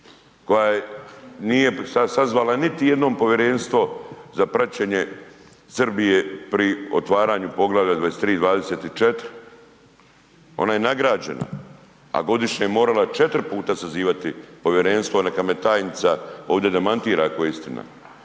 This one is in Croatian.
koja nije sazvala niti jednom povjerenstvo za praćenje Srbije pri otvaranju Poglavlja 23. i 24., ona je nagrađena, a godišnje morala 4 puta sazivati povjerenstvo, neka me tajnica ovdje demantira ako je istina.